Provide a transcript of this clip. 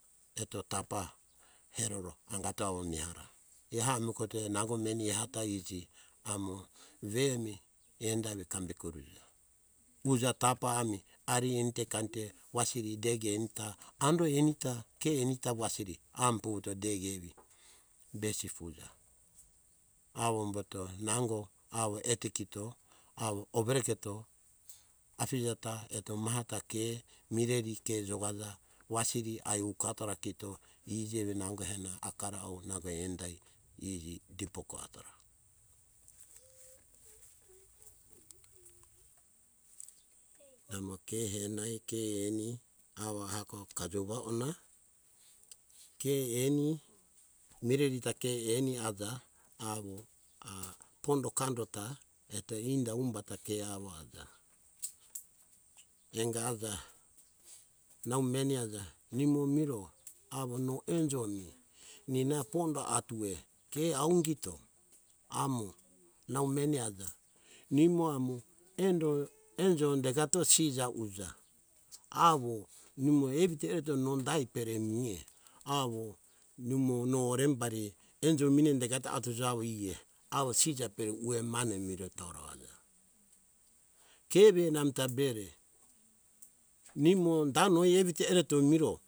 Eto tapa eroro awo miara eha emikote nango meni ehata iji amo ve mi karekuruja uja tapa ami ari enite kainte deki tutumo tutumo ari wasiri deki enita ara ira deki da enita wasiri ami vuvuto besi ufuja, avomboto nango awo overeketo afija ta eto mahata ke jokaja eto mirerita ke jokaja ai ukatora kito iji evi nango henai ukau awo nango iji dipori mirereto ra endai. Mamo ke henai hiako ke eni kajova ona ke eni mireri ta ke eni aja awo mireri ta eto pondo kando ta ke awo aja eto inda humba ta ke awo aja, enga aja nau meni aja nimo miro no enjo mi pondo atue ke au kito awo nau meni nimo amo enjo deka sija uja angato sija ejo aja, ke ena amita bere nimo da noa evito ereto miriro.